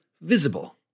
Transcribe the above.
visible